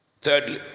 Thirdly